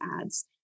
ads